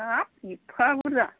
हाब एबफा बुरजा